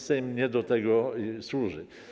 Sejm nie do tego służy.